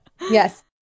Yes